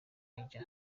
major